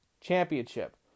Championship